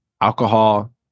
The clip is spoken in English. alcohol